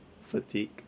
fatigue